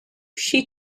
she